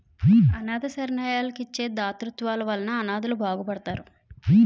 అనాధ శరణాలయాలకు ఇచ్చే తాతృత్వాల వలన అనాధలు బాగుపడతారు